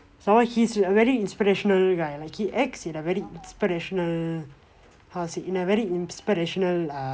so he's very inspirational guy like he acts in a very inspirational how to say in a very inspirational err